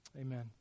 amen